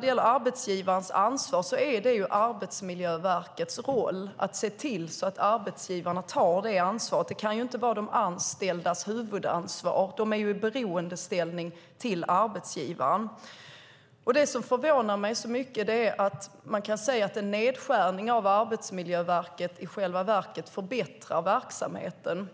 det gäller arbetsgivarens ansvar är det Arbetsmiljöverkets roll att se till att arbetsgivarna tar detta ansvar. Det kan inte vara de anställdas huvudansvar. De är ju i beroendeställning till arbetsgivaren. Det som förvånar mig mycket är att man kan säga att en nedskärning av Arbetsmiljöverkets verksamhet i själva verket förbättrar verksamheten.